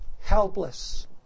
helpless